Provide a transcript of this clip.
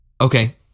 Okay